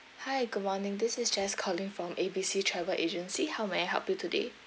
hi good morning this is jess calling from A B C travel agency how may I help you today